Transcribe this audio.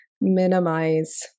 minimize